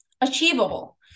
Achievable